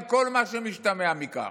על כל מה שמשתמע מכך,